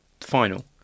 final